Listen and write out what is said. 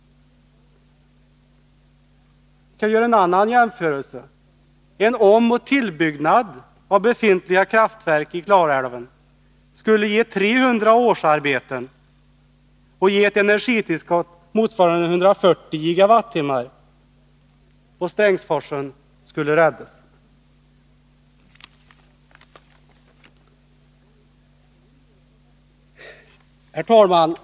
Jag kan ge ett annat exempel. En omoch tillbyggnad av befintliga kraftverk i Klarälven skulle ge 300 årsarbeten och ett energitillskott motsvarande 140 GWh, och Strängsforsen skulle räddas. Herr talman!